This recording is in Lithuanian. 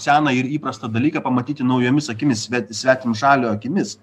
seną ir įprastą dalyką pamatyti naujomis akimis svet svetimšalio akimis